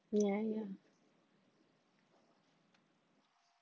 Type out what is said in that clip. ya ya